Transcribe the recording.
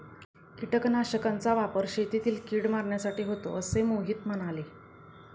कीटकनाशकांचा वापर शेतातील कीड मारण्यासाठी होतो असे मोहिते म्हणाले